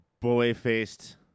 boy-faced